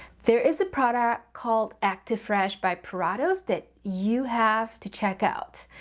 there is a product called acti-fresh by puratos that you have to check out.